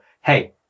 Hey